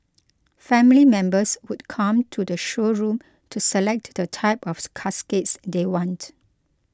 family members would come to the showroom to select the type of caskets they want